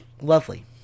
lovely